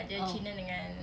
oh